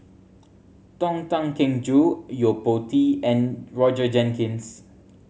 Tony Tan Keng Joo Yo Po Tee and Roger Jenkins